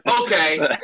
Okay